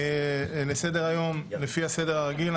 בסדר-היום לפי הסדר הרגיל.